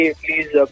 please